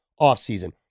offseason